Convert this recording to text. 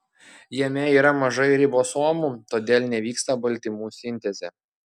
jame yra mažai ribosomų todėl nevyksta baltymų sintezė